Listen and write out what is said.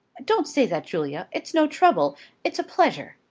don't say that, julia. it's no trouble it's a pleasure.